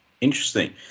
Interesting